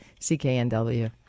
CKNW